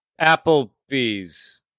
Applebee's